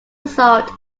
result